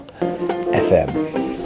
FM